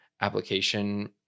application